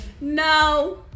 No